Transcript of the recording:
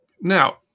Now